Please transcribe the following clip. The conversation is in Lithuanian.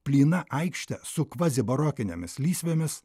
plyna aikšte su kvazi barokinėmis lysvėmis